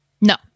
No